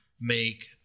make